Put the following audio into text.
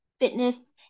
fitness